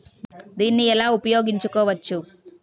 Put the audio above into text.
దీన్ని ఎలా ఉపయోగించు కోవచ్చు?